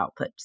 outputs